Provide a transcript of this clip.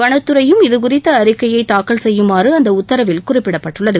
வனத்துறையும் இது குறித்த அறிக்கையை தாக்கல் செய்யுமாறு அந்த உத்தரவில் குறிப்பிடப்பட்டுள்ளது